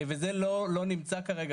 וזה לא נמצא כרגע,